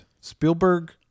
Spielberg